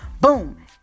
Boom